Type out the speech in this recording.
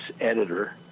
editor